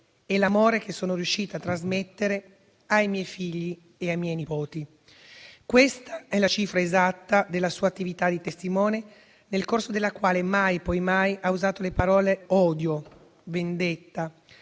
è l'amore che sono riuscita a trasmettere ai miei figli e ai miei nipoti». Questa è la cifra esatta della sua attività di testimone, nel corso della quale mai e poi mai ha usato le parole «odio» e «vendetta»,